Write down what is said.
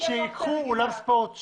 שייקחו אולם ספורט,